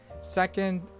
Second